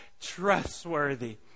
trustworthy